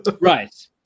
Right